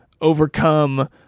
overcome